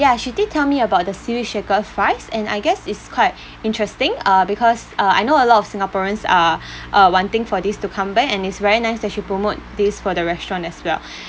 ya she did tell me about the seaweed shaker fries and I guess it's quite interesting uh because uh I know a lot of singaporeans are uh wanting for this to come back and it's very nice that she promote this for the restaurant as well